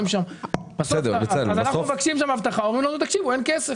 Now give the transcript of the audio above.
אנחנו מבקשים שם אבטחה ואומרים לנו שאין כסף.